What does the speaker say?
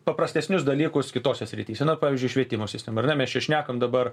paprastesnius dalykus kitose srityse na vat pavyzdžiui švietimo sistema ar ne mes čia šnekam dabar